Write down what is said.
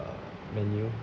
uh menu